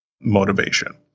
motivation